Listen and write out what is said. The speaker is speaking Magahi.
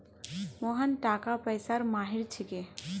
मोहन टाका पैसार माहिर छिके